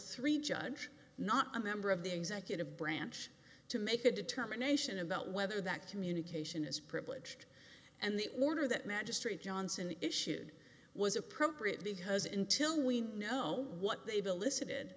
three judge not a member of the executive branch to make a determination about whether that communication is privilege and the order that magistrate johnson issued was appropriate because until we know what they've elicited